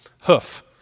hoof